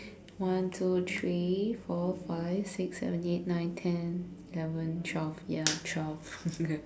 one two three four five six seven eight nine ten eleven twelve ya twelve